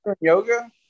yoga